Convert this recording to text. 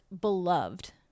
beloved